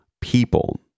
people